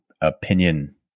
opinion